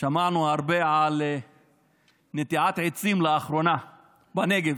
שמענו הרבה על נטיעת עצים לאחרונה בנגב,